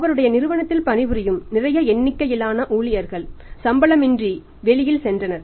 அவருடைய நிறுவனத்தில் பணிபுரியும் நிறைய எண்ணிக்கையிலான ஊழியர்கள் சம்பளமின்றி வெளியில் சென்றனர்